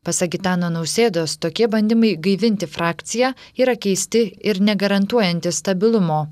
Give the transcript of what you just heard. pasak gitano nausėdos tokie bandymai gaivinti frakciją yra keisti ir negarantuojantys stabilumo